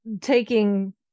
taking